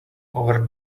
over